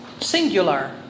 Singular